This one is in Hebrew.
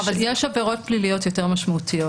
לפעמים יש גם עבירות פליליות יותר משמעותיות.